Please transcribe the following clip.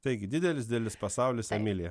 taigi didelis didelis pasaulis emilija